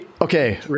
Okay